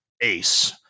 ace